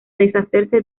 deshacerse